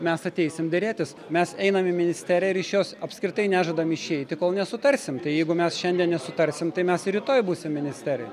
mes ateisim derėtis mes einam į ministeriją ir iš jos apskritai nežadam išeiti kol nesutarsim tai jeigu mes šiandien nesutarsim tai mes rytoj būsim ministerijoj